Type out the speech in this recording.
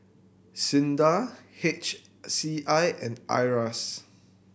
SINDA H C I and IRAS